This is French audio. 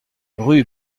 rue